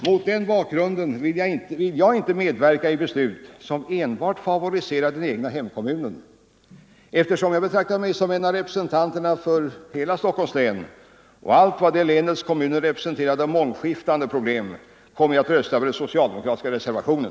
Mot den bakgrunden vill jag inte medverka till beslut som enbart favoriserar den egna hemkommunen. Eftersom jag betraktar mig som en representant för hela Stockholms län och allt vad det länets kommuner har av mångskiftande problem kommer jag att rösta för den socialdemokratiska reservationen.